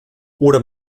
oder